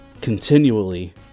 continually